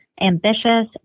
ambitious